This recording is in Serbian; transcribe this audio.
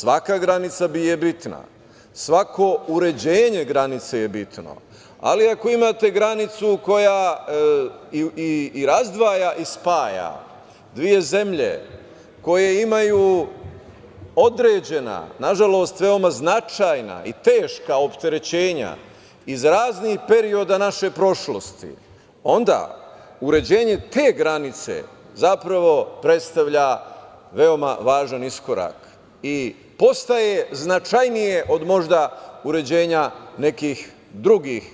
Svaka granica je bitna, svako uređenje granice je bitno, ali ako imate granicu koja razdvaja i spaja, dve zemlje, koje imaju određena, na žalost veoma značajna i teška opterećenja, iz raznih perioda naših prošlosti, onda uređenje te granice zapravo predstavlja veoma važan iskorak i postaje značajnije od uređenja nekih drugih